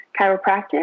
chiropractic